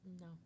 No